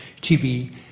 TV